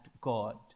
God